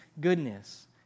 goodness